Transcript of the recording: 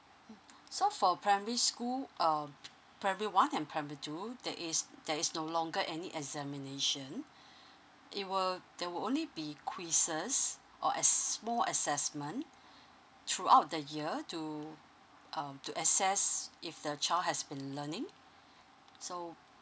so for primary school uh primary one and primary two there is there is no longer any examination it will there will only be quizzes or as~ small assessment throughout the year to um to access if the child has been learning so